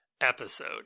episode